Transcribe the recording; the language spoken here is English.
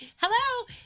Hello